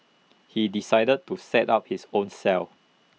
he decided to set up his own cell